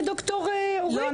אני